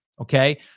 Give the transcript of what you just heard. Okay